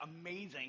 amazing